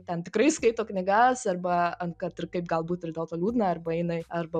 ten tikrai skaito knygas arba ant kad ir kaip galbūt ir dėl to liūdna arba eina arba